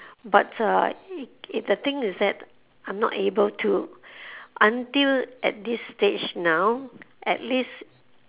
but uh it the thing is that I'm not able to until at this stage now at least